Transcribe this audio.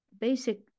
basic